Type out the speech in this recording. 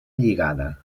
lligada